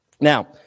Now